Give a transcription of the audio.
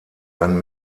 ein